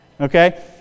Okay